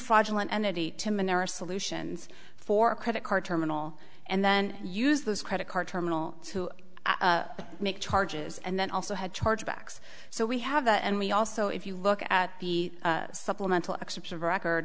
are solutions for a credit card terminal and then use those credit card terminal to make charges and then also have charge backs so we have the and we also if you look at the supplemental excerpts of record